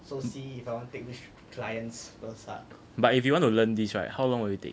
but if you want to learn this right how long will you take